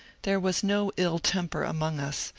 there was no ill temper among us,